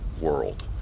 world